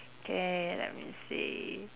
K let me see